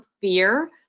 fear